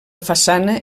façana